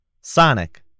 Sonic